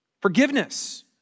Forgiveness